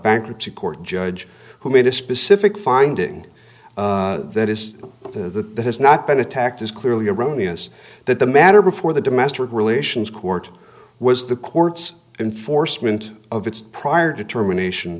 bankruptcy court judge who made a specific finding that is the that has not been attacked is clearly erroneous that the matter before the domestic relations court was the court's enforcement of its prior determination